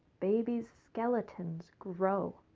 babies' skeletons grow.